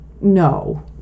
no